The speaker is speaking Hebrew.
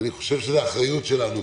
אני חושב שזו האחריות שלנו,